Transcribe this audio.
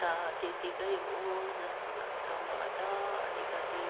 त त्यत्तिकै हो जस्तो लाग्छ मलाई त अलिकति